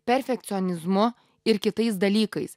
perfekcionizmu ir kitais dalykais